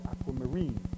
aquamarine